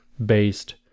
based